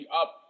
up